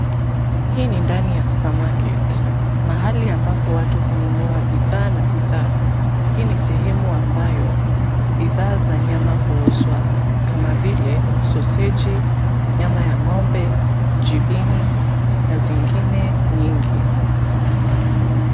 Hii ni ndani ya Super Market mahali ambapo watu hununua bidhaa na bidhaa, hii ni sehemu ambayo bidhaa za nyama huuzwa kama vile soseji nyama ya ngombe, jipini na zingine nyingi.